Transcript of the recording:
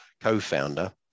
co-founder